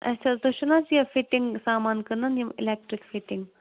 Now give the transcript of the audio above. اچھا حظ تُہۍ چھُو نہٕ حظ یہِ فِٹِنٛگ سامان کٕنان یِم اِلٮ۪کٹرٛک فِٹِنٛگ